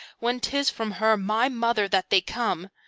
when tis from her, my mother, that they come?